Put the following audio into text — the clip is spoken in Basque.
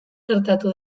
gertatu